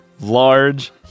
large